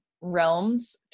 realms